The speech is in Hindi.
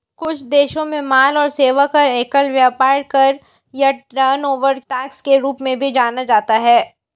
कुछ देशों में माल और सेवा कर, एकल व्यापार कर या टर्नओवर टैक्स के रूप में भी जाना जाता है